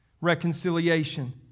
reconciliation